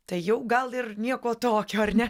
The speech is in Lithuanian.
tai jau gal ir nieko tokio ar ne